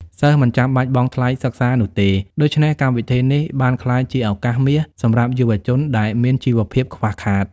សិស្សមិនចាំបាច់បង់ថ្លៃសិក្សានោះទេ ដូច្នេះកម្មវិធីនេះបានក្លាយជាឱកាសមាសសម្រាប់យុវជនដែលមានជីវភាពខ្វះខាត។